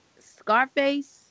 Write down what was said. Scarface